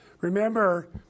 Remember